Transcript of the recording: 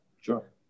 Sure